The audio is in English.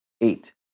Eight